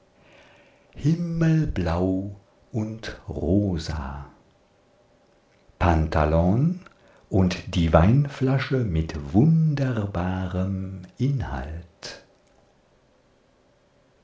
himmelblau und rosa pantalon und die weinflasche mit wunderbarem inhalt